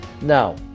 Now